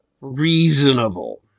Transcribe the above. reasonable